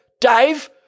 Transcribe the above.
Dave